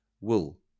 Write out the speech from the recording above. wool